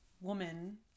woman